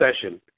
session